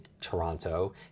Toronto